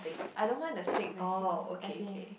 I don't mind the stick vacuum as in